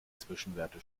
zwischenwerte